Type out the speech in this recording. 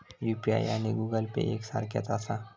UPI आणि Google Pay एक सारख्याच आसा?